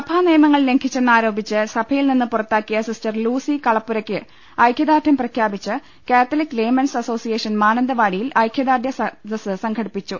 സഭാ നിയമങ്ങൾ ലംഘിച്ചെന്നാരോപിച്ച് സഭയിൽ നിന്ന് പുറത്താക്കിയ സിസ്റ്റർ ലൂസി കളപ്പുരയ്ക്ക് ഐക്യദാർഢ്യം പ്രഖ്യാപിച്ച് കാത്തലിക്ക് ലേമൻസ് അസോസിയേഷൻ മാനന്തവാടിയിൽ ഐക്യദാർഢ്യ സദസ്സ് സംഘടിപ്പിച്ചു